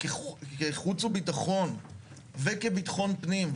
כחוץ וביטחון וכביטחון פנים,